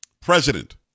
President